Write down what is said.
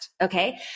Okay